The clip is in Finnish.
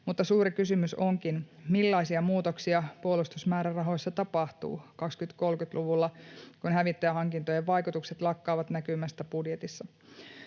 mutta suuri kysymys onkin, millaisia muutoksia puolustusmäärärahoissa tapahtuu 2030-luvulla, kun hävittäjähankintojen vaikutukset lakkaavat näkymästä budjetissa.